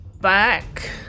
Back